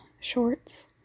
shorts